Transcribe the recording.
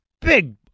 big